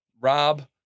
rob